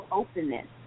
openness